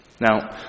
Now